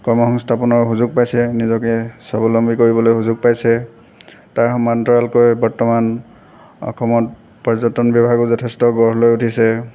কৰ্মসংস্থাপনৰ সুযোগ পাইছে নিজকে স্বাৱলম্বী কৰিবলৈ সুযোগ পাইছে তাৰ সমান্তৰালকৈ বৰ্তমান অসমত পৰ্যটন বিভাগো যথেষ্ট গড় লৈ উঠিছে